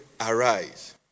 arise